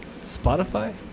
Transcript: Spotify